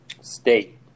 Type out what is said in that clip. state